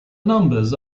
numbers